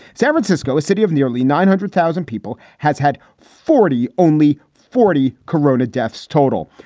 san francisco, a city of nearly nine hundred thousand people, has had forty. only forty korona deaths total.